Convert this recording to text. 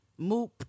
moop